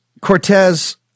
Cortez